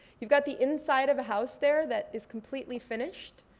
you've got the inside of a house there that is completely finished,